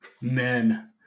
Men